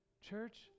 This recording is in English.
Church